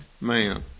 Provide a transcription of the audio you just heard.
man